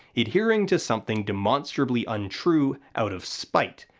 adhering to something demonstrably untrue out of spite,